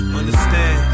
understand